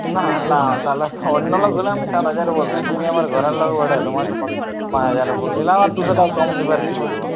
না না তাহলে অন্য লোক হলে আমি সাত হাজার বলে দিতুম তুমি আমার ঘরের লোক বটে তোমাকে পাঁচ হাজার বলে দিলাম আর দুশো টাকা কম দেবে আর কি বলবো